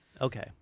Okay